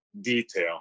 detail